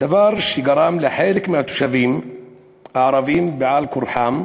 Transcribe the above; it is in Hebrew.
דבר שגרם לחלק מהתושבים הערבים, על כורחם,